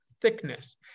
thickness